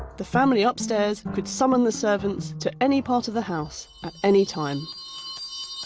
the family upstairs could summon the servants to any part of the house at any time